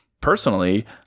personally